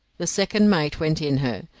the second mate went in her,